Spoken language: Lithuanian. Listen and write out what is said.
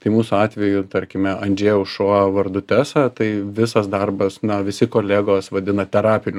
tai mūsų atveju tarkime andžejaus šuo vardu tesa tai visas darbas na visi kolegos vadina terapiniu